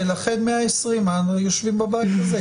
ולכן 120 יושבים בבית הזה.